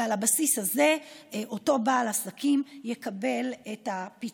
ועל הבסיס הזה אותו בעל עסק יקבל את הפיצוי.